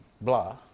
blah